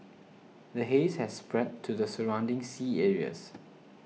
the haze has spread to the surrounding sea areas